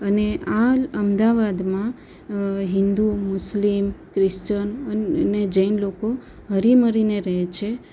અને આ અમદાવાદમાં હિન્દુ મુસ્લિમ ક્રિશ્ચન અને જૈન લોકો હળી મળીને રહે છે